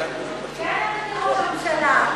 כן, אדוני ראש הממשלה.